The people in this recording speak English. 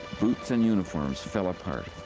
boots and uniforms fell apart.